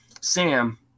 Sam